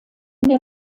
der